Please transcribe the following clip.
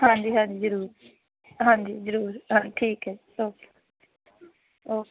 ਹਾਂਜੀ ਹਾਂਜੀ ਜ਼ਰੂਰ ਹਾਂਜੀ ਜ਼ਰੂਰ ਹਾਂ ਠੀਕ ਹੈ ਓਕੇ ਓਕੇ